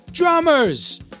drummers